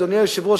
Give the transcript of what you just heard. אדוני היושב-ראש,